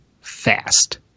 fast